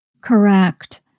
Correct